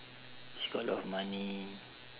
she got a lot of money